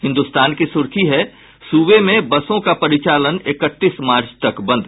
हिन्दुस्तान की सुर्खी है सूबे में बसों का परिचालन इकतीस मार्च तक बंद